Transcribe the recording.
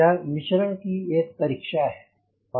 यह मिश्रण की एक परीक्षा है